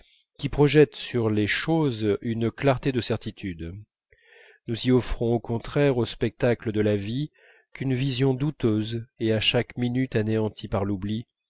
qui projette sur les choses une clarté de certitude nous n'y offrons au contraire au spectacle de la vie qu'une vision douteuse et à chaque minute anéantie par l'oubli